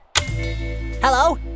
Hello